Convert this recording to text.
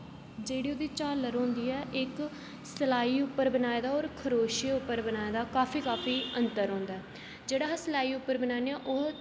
जेह्ड़ी ओह्दी झाल्लर होंदी ऐ इक सलाई उप्पर बनाए दा ओह् खरोशियै उप्पर बनाए दा काफी काफी अतंर होंदा ऐ जेह्ड़ा अस सलाई उप्पर बनाने ओह्